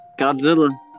Godzilla